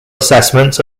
assessments